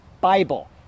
Bible